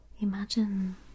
Imagine